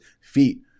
feet